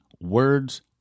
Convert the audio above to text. words